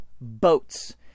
boats